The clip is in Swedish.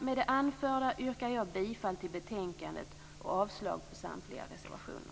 Med det anförda yrkar jag bifall till utskottets hemställan och avslag på samtliga reservationer.